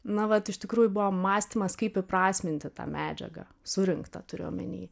na vat iš tikrųjų buvo mąstymas kaip įprasminti tą medžiagą surinktą turiu omeny